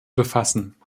befassen